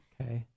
Okay